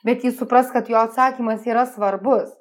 bet jis supras kad jo atsakymas yra svarbus